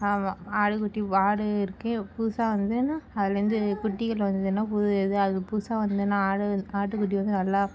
ஆமா ஆடு குட்டி ஆடு இருக்கு புதுசாக வந்து அதுலேருந்து குட்டிகள் வந்ததுன்னா அது புதுசாக வந்ததுன்னா ஆடு ஆட்டு குட்டி வந்து நல்லா